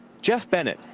jeff bennett,